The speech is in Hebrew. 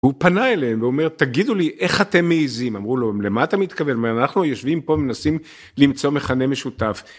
הוא פנה אליהם ואומר תגידו לי איך אתם מעיזים, אמרו לו למה אתה מתכוון אנחנו יושבים פה מנסים למצוא מכנה משותף.